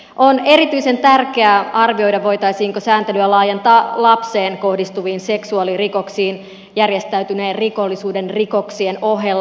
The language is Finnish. on erityisen tärkeää arvioida voitaisiinko sääntelyä laajentaa lapseen kohdistuviin seksuaalirikoksiin järjestäytyneen rikollisuuden rikoksien ohella